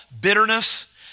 bitterness